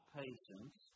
patience